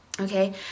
Okay